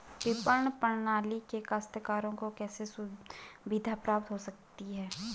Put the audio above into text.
विपणन प्रणाली से काश्तकारों को कैसे सुविधा प्राप्त हो सकती है?